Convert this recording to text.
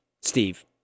Steve